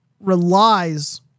relies